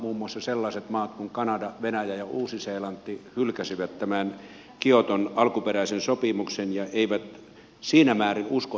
muun muassa sellaiset maat kuin kanada venäjä ja uusi seelanti hylkäsivät tämän kioton alkuperäisen sopimuksen ja eivät siinä määrin usko enää siihen